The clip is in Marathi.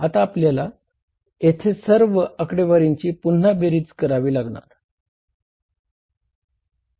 आता आपल्याला येथे सर्व आकडेवारिंची पुन्हा बेरीज करावी लागेल